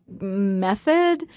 method